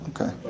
Okay